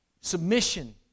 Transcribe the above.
Submission